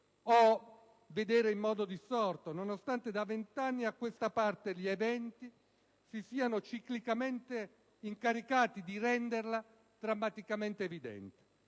o vedere in modo distorto, nonostante da 20 anni a questa parte gli eventi si siano ciclicamente incaricati di renderla drammaticamente evidente.